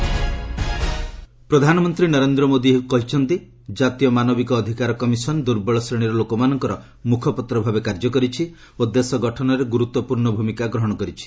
PM NHRC ପ୍ରଧାନମନ୍ତ୍ରୀ ନରେନ୍ଦ୍ର ମୋଦି ହେଉଛନ୍ତି କାତୀୟ ମାନବିକ ଅଧିକାର କମିଶନ ଦୁର୍ବଳ ଶ୍ରେଣୀର ଲୋକମାନଙ୍କର ମୁଖପତ୍ର ଭାବେ କାର୍ଯ୍ୟ କରିଛି ଓ ଦେଶ ଗଠନରେ ଗୁରୁତ୍ୱପୂର୍ଣ୍ଣ ଭୂମିକା ଗ୍ରହଣ କରିଛି